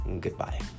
goodbye